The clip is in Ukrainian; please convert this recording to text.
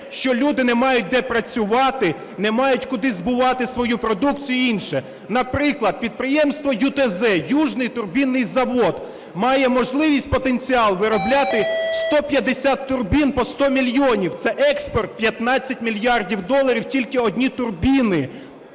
що люди не мають де працювати, не мають куди збувати свою продукцію і інше. Наприклад, підприємство ЮТЗ, "Южный турбинный завод", має можливість потенціал виробляти 150 турбін по 100 мільйонів. Це експорт 15 мільярдів доларів, тільки одні турбіни.